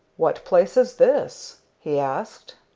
what place is this? he asked.